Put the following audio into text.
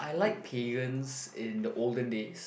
I like Pegan's in the olden days